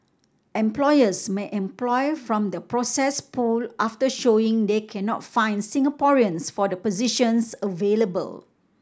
employers may employ from the processed pool after showing they cannot find Singaporeans for the positions available